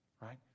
right